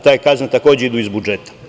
Te kazne takođe idu iz budžeta.